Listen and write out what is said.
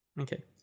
Okay